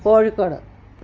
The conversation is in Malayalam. കോഴിക്കോട്